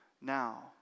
now